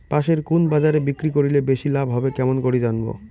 পাশের কুন বাজারে বিক্রি করিলে বেশি লাভ হবে কেমন করি জানবো?